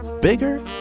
Bigger